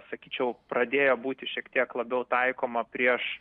sakyčiau pradėjo būti šiek tiek labiau taikoma prieš